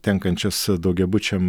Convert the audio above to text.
tenkančias daugiabučiam